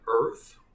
earth